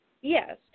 yes